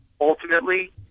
Ultimately